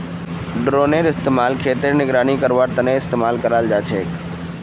drone अइजकाल खेतेर निगरानी करवार तने इस्तेमाल कराल जाछेक